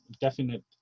definite